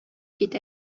китә